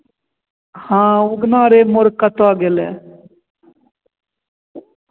हाँ उगना रे मोर कत गेलय